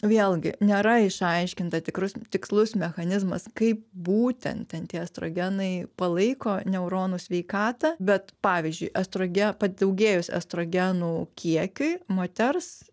vėlgi nėra išaiškinta tikrus tikslus mechanizmas kaip būtent ten tie estrogenai palaiko neuronų sveikatą bet pavyzdžiui estrologe padaugėjus estrogenų kiekiui moters